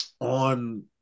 on